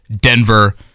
Denver